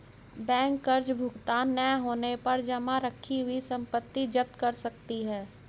bank कर्ज भुगतान न होने पर जमा रखी हुई संपत्ति जप्त कर सकती है